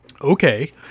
Okay